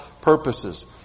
purposes